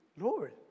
Lord